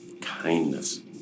kindness